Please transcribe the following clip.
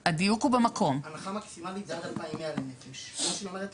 הנחה מקסימלית זה עד 2,100 לנפש.